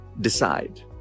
decide